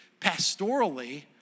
pastorally